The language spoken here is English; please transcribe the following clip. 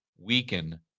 weaken